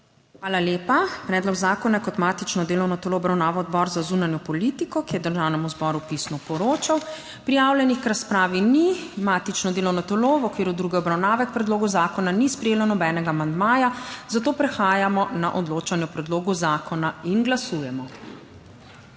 Hvala lepa. Predlog zakona je kot matično delovno telo obravnaval Odbor za zunanjo politiko, ki je Državnemu zboru pisno poročal. Prijavljenih k razpravi ni. Matično delovno telo v okviru druge obravnave k predlogu zakona ni sprejelo nobenega amandmaja, zato prehajamo na odločanje o predlogu zakona. Glasujemo.